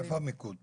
אז איפה המיקוד פה?